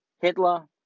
Hitler